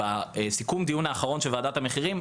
בסיכום הדיון האחרון של ועדת המחירים,